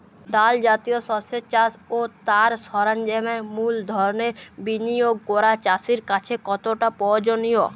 ডাল জাতীয় শস্যের চাষ ও তার সরঞ্জামের মূলধনের বিনিয়োগ করা চাষীর কাছে কতটা প্রয়োজনীয়?